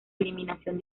eliminación